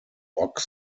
box